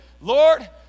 Lord